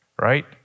right